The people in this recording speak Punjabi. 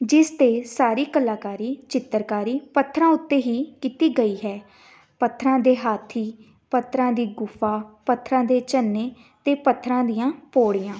ਜਿਸ 'ਤੇ ਸਾਰੀ ਕਲਾਕਾਰੀ ਚਿੱਤਰਕਾਰੀ ਪੱਥਰਾਂ ਉੱਤੇ ਹੀ ਕੀਤੀ ਗਈ ਹੈ ਪੱਥਰਾਂ ਦੇ ਹਾਥੀ ਪੱਥਰਾਂ ਦੀ ਗੁਫਾ ਪੱਥਰਾਂ ਦੇ ਝੰਨੇ ਅਤੇ ਪੱਥਰਾਂ ਦੀਆਂ ਪੋੜੀਆਂ